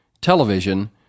television